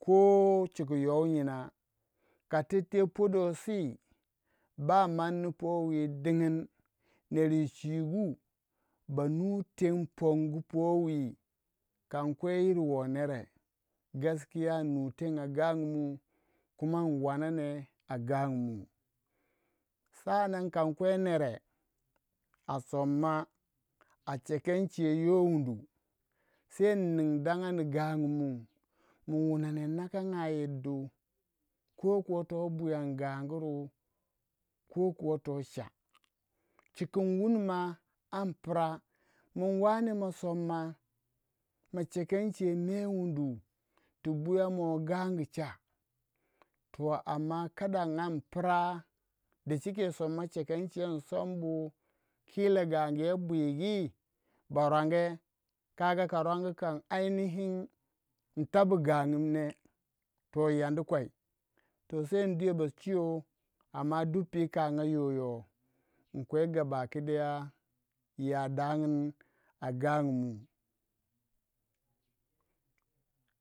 Ko ciganyoyina ka tittei podo si ba manni powi dingino neru chwigu ba nu ten pongu powi kan kwe yir woh nere gaskiya ln nu teng gangu mu in wanen gangumu kon kwe nere soma a chewen chei yoh wundu in ning dangandi gangumu mun wuna ner naanga yir du ko toh buyan gangu ko toh cha chika in wuni angi impira mun to am man ma soma ma chekan chei me wundu ti buya mah gangu chan in che in sombu kila gangu you bwigi ba rwange ka rwangi intobu gangun ne yi yandu kwei se induya ba chiyo am duk pi yika nya yon yoh inkwe ya dangin gangu mu